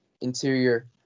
interior